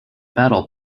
battle